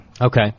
Okay